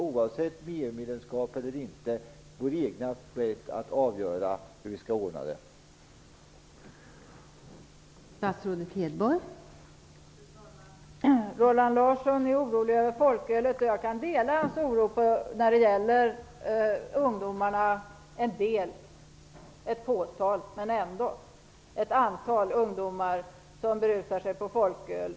Oavsett EU-medlemskap eller inte har vi väl vår egen rätt att avgöra hur vi skall ordna det hela.